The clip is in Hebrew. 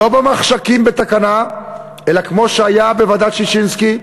לא במחשכים, בתקנה, אלא כמו שהיה בוועדת ששינסקי,